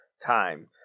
time